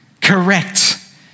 correct